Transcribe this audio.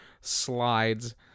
slides